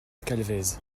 calvez